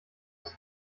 als